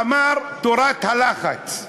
הוא אמר: תורת הלחץ.